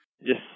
Yes